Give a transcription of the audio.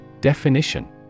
Definition